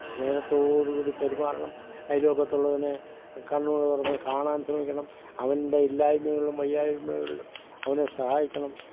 സ്നേഹത്തോടു കൂടി പെരുമാറണം അയൽ വക്കത്തുള്ളവനെ കണ്ണുകൾ തുറന്നു കാണാന് ശ്രമിക്കണം അവന്റെ ഇല്ലായ്മകളിലും വയ്യായ്മകളിലും അവനെ സഹായിക്കണം